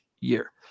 year